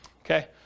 okay